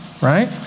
right